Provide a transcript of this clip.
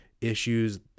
issues